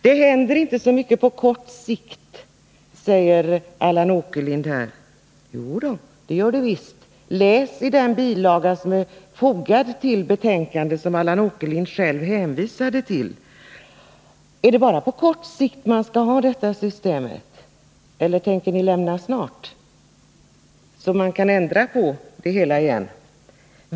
Det händer inte så mycket på kort sikt, säger Allan Åkerlind. Jo, det gör det visst! Läs i den bilaga som är fogad till betänkandet och som Allan Åkerlind själv hänvisade till! Är det bara på kort sikt som det här systemet skall gälla eller tänker ni lämna av snart, så att man kan ändra på det hela igen?